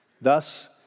thus